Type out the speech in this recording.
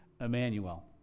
Emmanuel